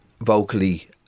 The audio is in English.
vocally